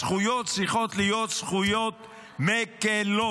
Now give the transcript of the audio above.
הזכויות צריכות להיות זכויות מקילות: